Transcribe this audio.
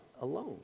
alone